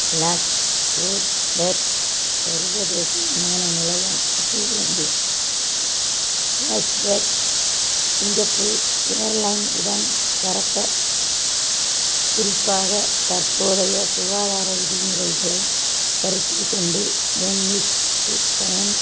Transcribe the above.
லாட்ஸ்ட் Fort Worth சர்வதேச விமான நிலையத்தில் இருந்து லாஸ் வேக் சிங்கப்பூர் ஏர்லைன் உடன் பறக்க குறிப்பாக தற்போதைய சுகாதார விதிமுறைகளை கருத்தில் கொண்டு வென்னிஸ்க்கு பயன்